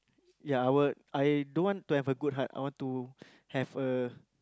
ya I will I don't want to have a good heart I want to have a